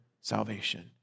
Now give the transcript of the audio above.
salvation